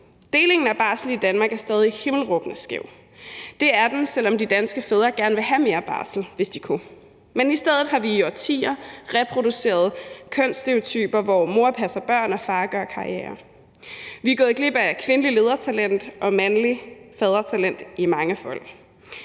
Delingen af barsel i Danmark er stadig himmelråbende skæv. Det er den, selv om de danske fædre gerne vil have mere barsel, hvis de kunne, men i stedet har vi i årtier reproduceret kønsstereotyper, hvor mor passer børn og far gør karriere. Vi er gået glip af kvindeligt ledertalent og mandligt fadertalent mangefold.